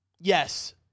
Yes